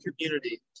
community